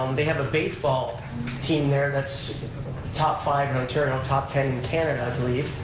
um they have a baseball team there that's top five in ontario, top ten in canada, i believe.